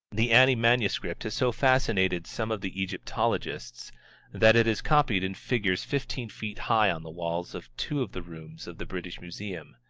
the ani manuscript has so fascinated some of the egyptologists that it is copied in figures fifteen feet high on the walls of two of the rooms of the british museum.